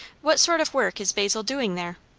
what sort of work is basil doing there?